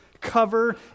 cover